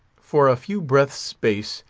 for a few breaths' space,